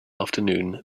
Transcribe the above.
afternoon